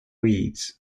weeds